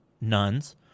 nuns